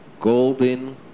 golden